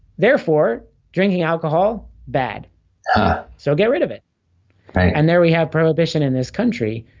therefore drinking alcohol bad ah so get rid of it right and there we have prohibition in this country